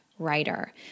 writer